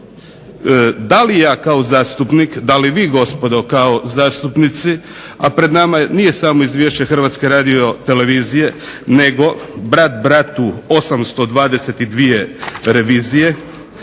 DA li ja kao zastupnik, da li vi gospodo kao zastupnici, a pred nama nije samo izvješće Hrvatske radiotelevizije, nego brat bratu 822 revizije,